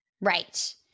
Right